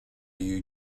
you